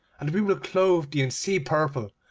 and we will clothe thee in sea-purple,